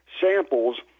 samples